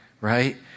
right